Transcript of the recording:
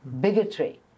bigotry